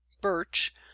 birch